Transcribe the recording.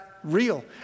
real